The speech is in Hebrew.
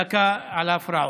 דקה על ההפרעות.